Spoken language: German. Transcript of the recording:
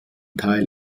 teil